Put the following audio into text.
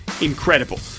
incredible